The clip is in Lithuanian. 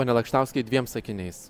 pone lakštauskai dviem sakiniais